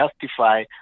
justify